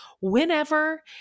whenever